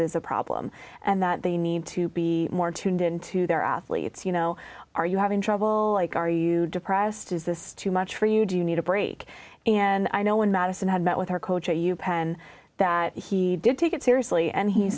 is a problem and that they need to be more tuned into their athletes you know are you having trouble are you depressed is this too much for you do you need a craig and i know when madison had met with her coach at u penn that he did take it seriously and he